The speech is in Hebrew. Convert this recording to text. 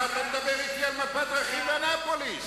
מה אתה מדבר אתי על מפת דרכים ועל אנאפוליס?